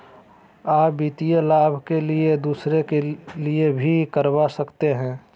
आ वित्तीय लाभ के लिए दूसरे के लिए भी करवा सकते हैं?